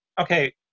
okay